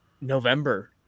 November